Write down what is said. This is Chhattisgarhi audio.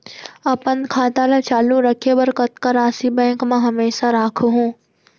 अपन खाता ल चालू रखे बर कतका राशि बैंक म हमेशा राखहूँ?